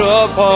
up